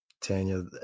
Tanya